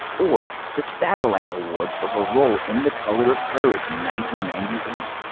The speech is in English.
or the satellite award for her role in the color of courage ninety ninety eight.